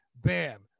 bam